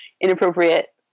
inappropriate